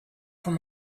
from